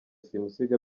simusiga